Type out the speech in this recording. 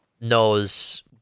knows